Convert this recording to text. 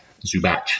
Zubac